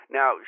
Now